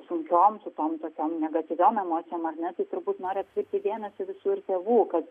sunkiom kitom tokiom negatyviom emocijom ar ne taip turbūt noriu atkreipti dėmesį visur tėvų kad